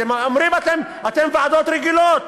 אתם אומרים: אתם, ועדות רגילות.